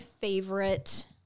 favorite